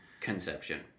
conception